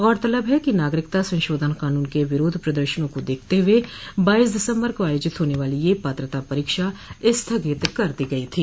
गौरतलब है कि नागरिकता संशोधन कानून के विरोध प्रदर्शनों को देखते हुये बाइस दिसम्बर को आयोजित होने वाली यह पात्रता परीक्षा स्थगित कर दी गई थी